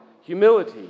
humility